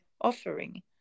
offering